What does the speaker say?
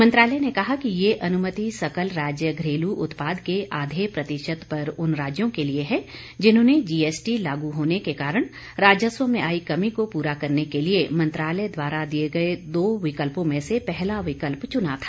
मंत्रालय ने कहा कि यह अनुमति सकल राज्य घरेलू उत्पाद के आधे प्रतिशत पर उन राज्यों के लिए है जिन्होंने जीएसटी लागू होने के कारण राजस्व में आई कमी को पूरा करने के लिए मंत्रालय द्वारा दिए गए दो विकल्पों में से पहला विकल्प चुना था